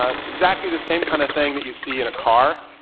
ah it's exactly the same kind of thing that you see in a car,